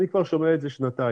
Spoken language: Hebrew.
אני כבר שומע את זה שנתיים,